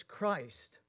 Christ